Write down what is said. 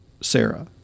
Sarah